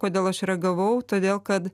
kodėl aš reagavau todėl kad